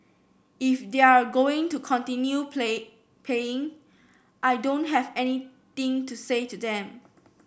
if they're going to continue play paying I don't have anything to say to them